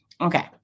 okay